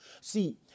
See